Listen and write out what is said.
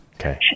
Okay